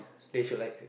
they should like